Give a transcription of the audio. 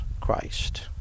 Christ